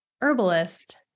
herbalist